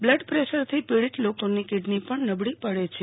blood પ્રેસરથી લોકોની kidney પણ નબળી પડે છે